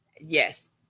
Yes